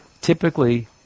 typically